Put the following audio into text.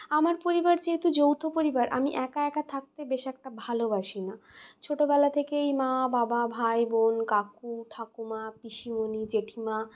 আমার পরিবার যেহেতু যৌথ পরিবার আমি একা একা থাকতে বেশ একটা ভালোবাসি না ছোটোবেলা থেকেই মা বাবা ভাই বোন কাকু ঠাকুমা পিসিমনি জেঠিমা